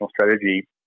strategy